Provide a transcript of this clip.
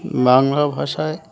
বাংলা ভাষায়